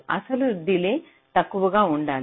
అసలు డిలే తక్కువగా ఉండాలి